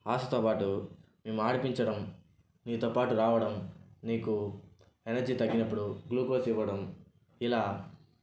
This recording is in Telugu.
ఆశతో పాటు మిమ్మల్ని ఆడిపించడం నీతో పాటు రావడం నీకు ఎనర్జీ తగ్గినప్పుడు గ్లూకోజ్ ఇవ్వడం ఇలా